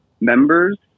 members